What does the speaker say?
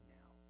now